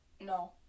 no